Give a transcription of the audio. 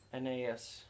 NAS